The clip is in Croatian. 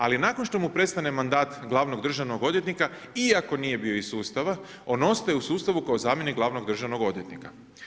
Ali nakon što mu prestane mandat glavnog državnog odvjetnika iako nije bio iz sustava, on ostaje u sustavu kao zamjenik glavnog državnog odvjetnika.